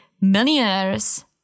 millionaires